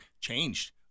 changed